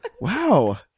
Wow